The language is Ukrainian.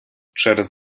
через